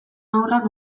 haurrak